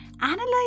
analyze